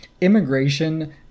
immigration